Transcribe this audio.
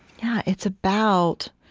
yeah, it's about